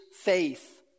faith